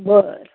बरं